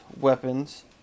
weapons